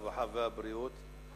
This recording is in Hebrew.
הרווחה והבריאות.